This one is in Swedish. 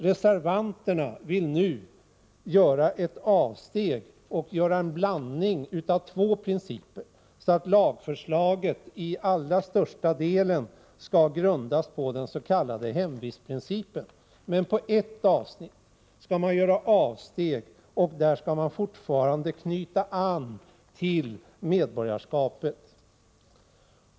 Reservanterna vill nu göra ett avsteg och blanda två principer, så att lagen till allra största delen skall grundas på den s.k. hemvistprincipen men i ett avsnitt knytas an till medborgarskapet.